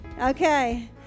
Okay